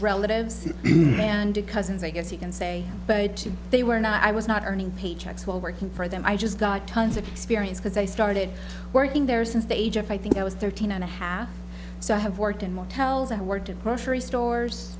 relatives manda cousins i guess you can say but they were not i was not earning paychecks while working for them i just got tons of experience because i started working there since the age of i think i was thirteen and a half so i have worked in motels and work to grocery stores